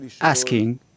asking